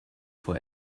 for